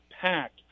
packed